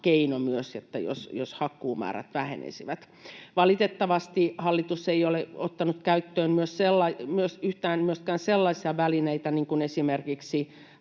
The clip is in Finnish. keino myös, jos hakkuumäärät vähenisivät. Valitettavasti hallitus ei ole ottanut käyttöön myöskään yhtään sellaista välinettä, niin kuin esimerkiksi